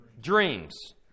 Dreams